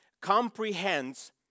comprehends